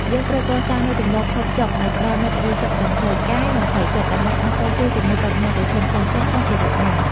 យើងត្រូវកសាងនូវទម្លាប់ហូបចុកដែលផ្តល់នូវក្តីសុខទាំងផ្លូវកាយ និងផ្លូវចិត្តដើម្បីអាចតស៊ូជាមួយបញ្ហាប្រឈមផ្សេងៗក្នុងជីវិតបាន។